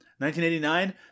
1989